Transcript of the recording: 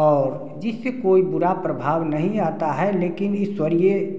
और जिसके कोई बुरा प्रभाव नहीं आता है लेकिन ईश्वरीय